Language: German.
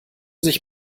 sich